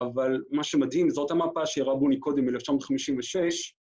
‫אבל מה שמדהים, זאת המפה ‫שהראה בוני קודם ב-1956.